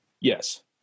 Yes